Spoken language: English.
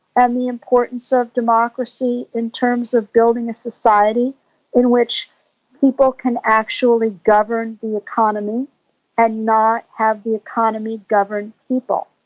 and the importance of democracy in terms of building a society in which people can actually govern the economy and not have the economy govern people.